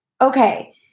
Okay